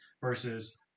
versus